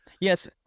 Yes